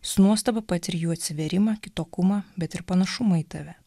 su nuostaba patiri jų atsivėrimą kitokumą bet ir panašumą į tave